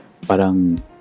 parang